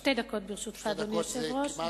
שתי דקות, ברשותך, אדוני היושב-ראש.